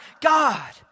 God